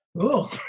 Cool